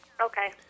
Okay